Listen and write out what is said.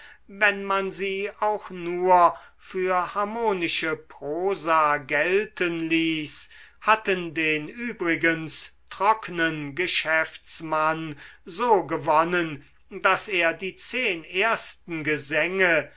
wenn man sie auch nur für harmonische prosa gelten ließ hatten den übrigens trocknen geschäftsmann so gewonnen daß er die zehn ersten gesänge